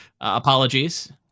Apologies